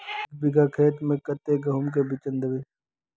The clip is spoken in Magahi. एक बिगहा खेत में कते गेहूम के बिचन दबे?